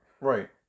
Right